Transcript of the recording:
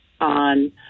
on